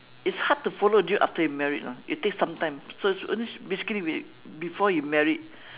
it's hard to follow during after you married lah it takes some time so it's basically we before you married